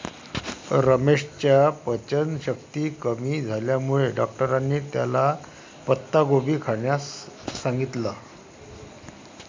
रमेशच्या पचनशक्ती कमी झाल्यामुळे डॉक्टरांनी त्याला पत्ताकोबी खाण्यास सांगितलं